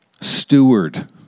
steward